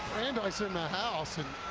brandeis in the house, and